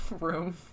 room